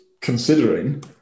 considering